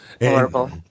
Horrible